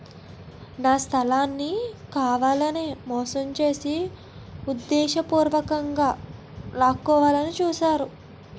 నా స్థలాన్ని కావాలనే మోసం చేసి ఉద్దేశపూర్వకంగా లాక్కోవాలని చూశారు